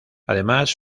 además